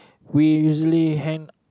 we usually hang